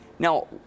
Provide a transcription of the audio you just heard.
Now